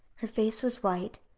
her face was white,